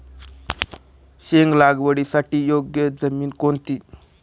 शेंग लागवडीसाठी योग्य जमीन कोणती?